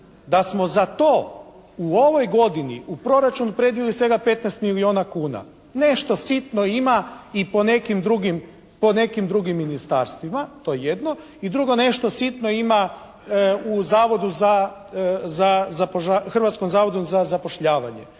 da smo za to u ovoj godini u proračun predvidjeli svega 15 milijuna kuna. Nešto sitno ima i po nekim drugim ministarstvima to je jedno. I drugo, nešto sitno ima u Hrvatskom zavodu za zapošljavanje.